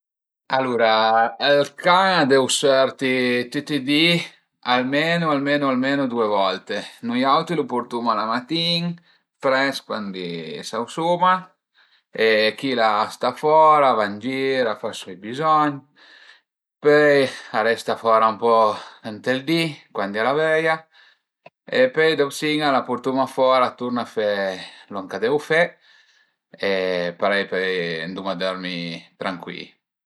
Alura ël can a deu sörti tüti i di almenu almenu almenu due volte. Nui auti lu portuma la matin prest cuandi s'ausuma e chila a sta fora, a va ën gir, a fa sui bizogn, pöi a resta fora ën po ënt ël di cuandi al a vöia e pöi dop sina la purtuma fora turna fe lon ch'a deu fe e parei pöi anduma dörmi trancui